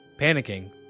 Panicking